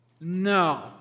No